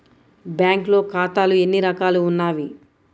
బ్యాంక్లో ఖాతాలు ఎన్ని రకాలు ఉన్నావి?